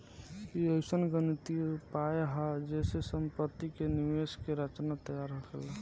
ई अइसन गणितीय उपाय हा जे से सम्पति के निवेश के रचना तैयार होखेला